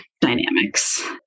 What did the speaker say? dynamics